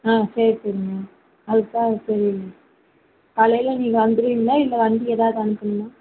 ஆ சரி சரிங்க அதுக்கு தான் சரி காலையில் நீங்கள் வந்துடுவீங்ளா இல்லை வண்டி ஏதாவது அனுப்பணுமா